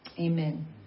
Amen